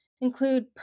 include